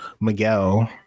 miguel